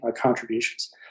contributions